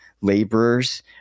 laborers